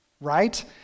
Right